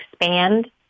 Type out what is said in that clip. expand